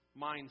mindset